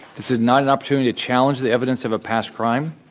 this is not an opportunity to challenge the evidence of a past crime.